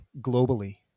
globally